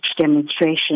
demonstration